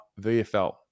VFL